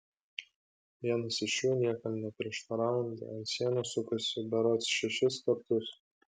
vienas iš jų niekam neprieštaraujant ant sienos sukosi berods šešis kartus